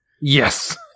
Yes